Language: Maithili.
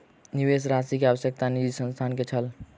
निवेश राशि के आवश्यकता निजी संस्थान के छल